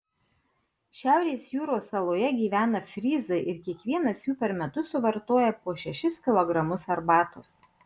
šiaurės jūros saloje gyvena fryzai ir kiekvienas jų per metus suvartoja po šešis kilogramus arbatos